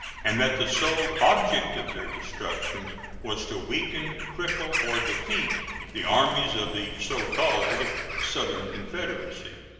and that the sole object of their destruction was to weaken, cripple, or defeat the armies of the so-called southern confederacy.